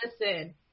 Listen